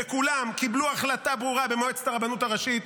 וכולם קיבלו החלטה ברורה במועצת הרבנות הראשית,